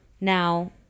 now